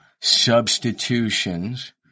substitutions